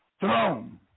throne